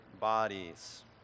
bodies